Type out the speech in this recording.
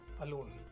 alone